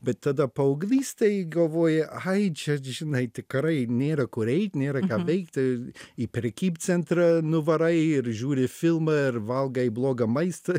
bet tada paauglystėj galvoja ai čia žinai tikrai nėra kur eit nėra ką veikti į prekybcentrą nuvarai ir žiūri filmą ir valgai blogą maistą